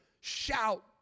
shout